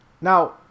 Now